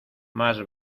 más